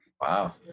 wow